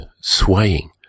swaying